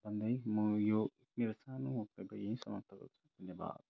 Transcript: भन्दै म यो मेरो सानो वक्तव्य यहीँ समाप्त गर्दछु धन्यवाद